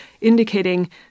indicating